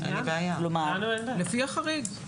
לפי החריג.